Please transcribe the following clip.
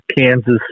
Kansas